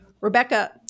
Rebecca